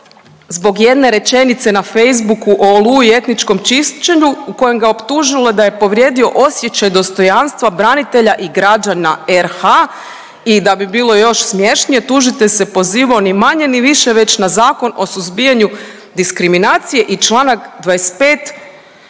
zbog jedne rečenice na Facebooku o Oluji i etničkom čišćenju u kojem ga je optužila da je povrijedio osjećaj dostojanstva branitelja i građana RH i da bi bilo još smješnije tužitelj se pozivao ni manje ni više već na Zakon o suzbijanju diskriminacije i čanak 25.